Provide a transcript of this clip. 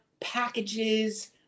packages